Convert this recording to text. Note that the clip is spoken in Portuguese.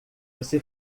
você